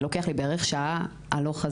לוקח לי בערך שעה הלוך,